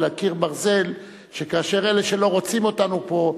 אלא קיר ברזל שכאשר אלה שלא רוצים אותנו פה,